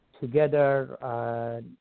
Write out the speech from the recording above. together